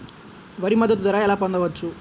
వరి మద్దతు ధర ఎలా పొందవచ్చు?